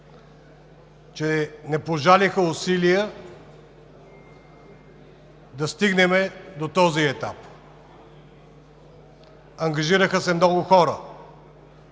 че не пожалиха усилия да стигнем до този етап. Ангажираха се много хора,